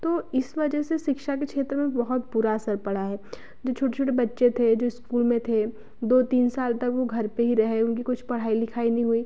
तो इस वजह से शिक्षा के क्षेत्र में बहुत बुरा असर पड़ा है जो छोटे छोटे बच्चे थे जो स्कूल में थे दो तीन साल तक वो घर पे ही रहे उनकी कुछ पढ़ाई लिखाई नहीं हुई